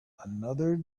another